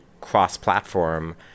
cross-platform